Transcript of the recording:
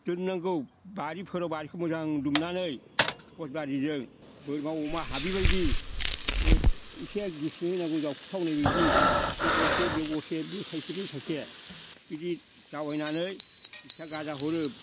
दोननांगौ बारिफोराव बारिखौ मोजां दुमनानै गयबारिजों बोरमा अमा हाबिबायदि जे एसे गेसेंयै होनांगौ जावखुथावनाव बायदि बेयाव गरसे बेयाव गरसे बेयाव थाइसे बेयाव थाइसे बिदि जावैनानै जिथिया गाजा हरो